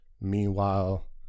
Meanwhile